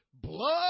blood